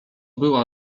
była